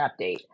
update